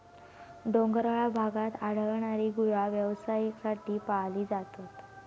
डोंगराळ भागात आढळणारी गुरा व्यवसायासाठी पाळली जातात